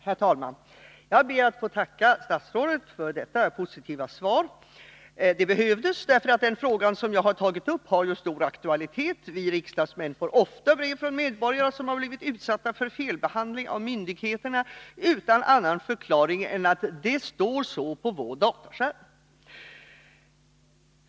Herr talman! Jag ber att få tacka statsrådet för detta positiva svar. Det behövdes, eftersom den fråga som jag har tagit upp har stor aktualitet. Vi riksdagsmän får ofta brev från medborgare som har blivit utsatta för felbehandling av myndigheterna utan att det ges något annat besked än att det står så på vår dataskärm.